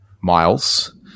Miles